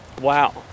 Wow